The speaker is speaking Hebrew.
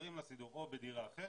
מסדרים לה סידור, או בדירה אחרת,